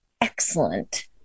excellent